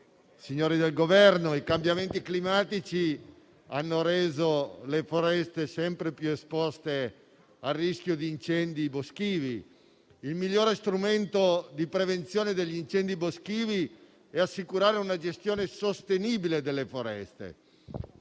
Signori del Governo, i cambiamenti climatici hanno reso le foreste sempre più esposte al rischio di incendi boschivi. Il migliore strumento di prevenzione degli incendi boschivi è assicurare una gestione sostenibile delle foreste.